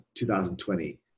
2020